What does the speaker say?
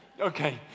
Okay